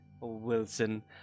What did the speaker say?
Wilson